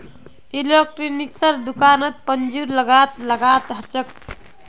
इलेक्ट्रॉनिक्सेर दुकानत पूंजीर लागत लाखत ह छेक